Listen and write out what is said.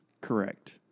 Correct